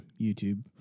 YouTube